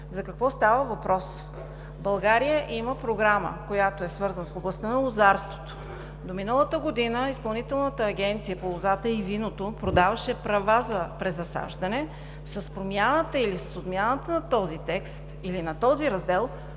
За какво става въпрос? България има програма, свързана в областта на лозарството. До миналата година Изпълнителната агенция по лозата и виното продаваше права за презасаждане. С промяната или с отмяната на този текст, или на този раздел,